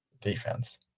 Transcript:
defense